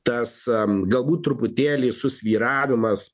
tas galbūt truputėlį susvyravimas